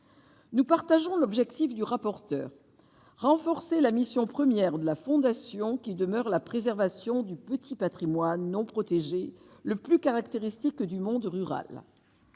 nous partageons l'objectif du rapporteur, renforcer la mission première de la fondation, qui demeure la préservation du petit Patrimoine non protégé le plus caractéristique du monde rural,